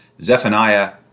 Zephaniah